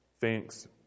Thanks